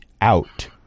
out